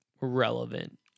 relevant